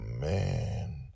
man